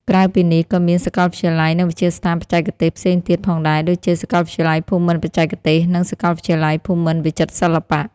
ក្រៅពីនេះ ក៏មានសាកលវិទ្យាល័យ និងវិទ្យាស្ថានបច្ចេកទេសផ្សេងទៀតផងដែរ ដូចជា សាកលវិទ្យាល័យភូមិន្ទបច្ចេកទេស និង សាកលវិទ្យាល័យភូមិន្ទវិចិត្រសិល្បៈ។